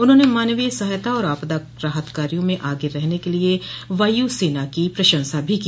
उन्होंने मानवीय सहायता और आपदा राहत कार्यों में आगे रहने के लिए वायू सेना की प्रशंसा भी की